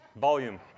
volume